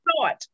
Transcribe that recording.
thought